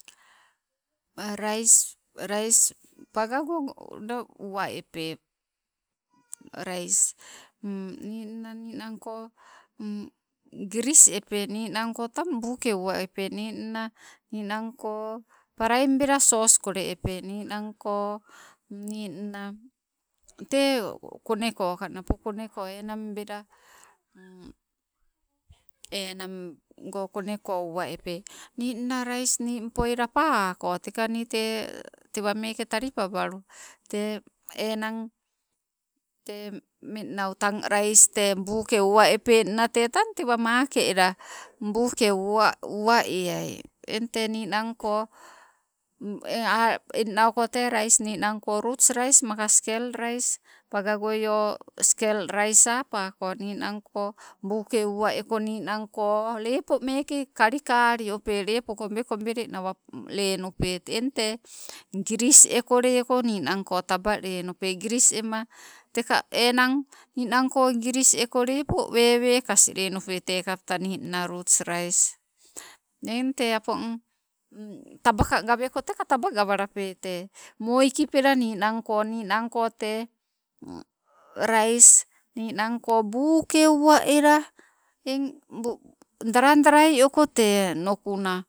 rais, rais pagago uwe epee rais ninna ninangko cris eppe nina tang buu kee uwa epee nina ninanko praim bella sos kole epee ninna tee, teego konneko enanbela tego koneko uwa, epee. Rais nimpoo lapuwako tekaa nii tee tewameke talipabalu tee nii te tewameke talipabalu tee enang tee mmennau tee rais buu ke uwa epenna tetang tewa make ella buuke uwa eaii. Eng te ninangko, eng te rais ruts rais appako ninangko buuke uwa eko ninangko lepomeke, eng tee giris ekoo lema tabaa lenupe, giris ema teka enang ninangko giris eko ninang lepo wewekas lepupe tekapata enang ruts rais. Eng tee opong taba ikipela ninangko rais buu ke uwa ella eng draioko te nukuna.